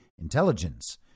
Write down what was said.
intelligence